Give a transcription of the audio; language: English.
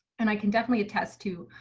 and i can definitely attest to